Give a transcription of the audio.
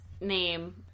name